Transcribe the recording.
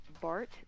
Bart